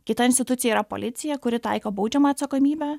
kita institucija yra policija kuri taiko baudžiamąją atsakomybę